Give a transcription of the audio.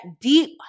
deep